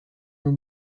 nun